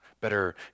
Better